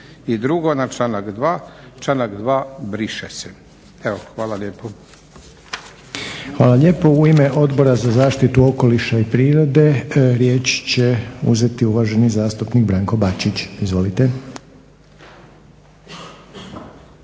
I drugo na članak 2., članak 2. briše se. Evo, hvala lijepo. **Reiner, Željko (HDZ)** Hvala lijepo. U ime Odbora za zaštitu okoliša i prirode riječ će uzeti uvaženi zastupnik Branko Bačić. Izvolite.